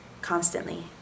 constantly